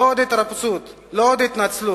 לא עוד התרפסות, לא עוד התנצלות,